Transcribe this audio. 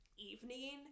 evening